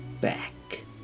back